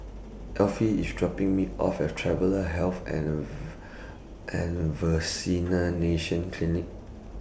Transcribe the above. Effie IS dropping Me off At Travellers' Health and and Vaccination Clinic